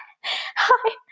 hi